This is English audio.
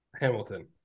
Hamilton